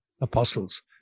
apostles